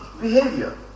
behavior